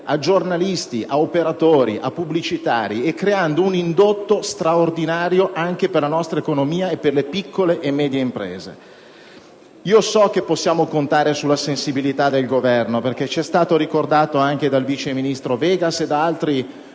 a giornalisti, operatori e pubblicitari e creando un indotto straordinario anche per la nostra economia e per le piccole e medie imprese. So che possiamo contare sulla sensibilità del Governo, come ci è stato ricordato dal vice ministro Vegas e da altri